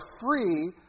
free